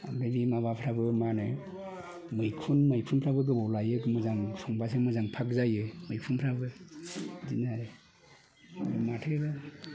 बिनि माबाफ्राबो माहोनो मैखुन मैखुनफ्राबो गोबाव लायो मोजां संबासो मोजां फाख जायो मैखुनफ्राबो बिदिनो आरो माथो